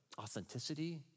authenticity